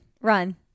run